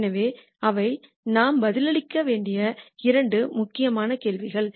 எனவே அவை நாம் பதிலளிக்க வேண்டிய இரண்டு முக்கியமான கேள்விகள்